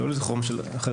זה לא לזכרם של אחרים.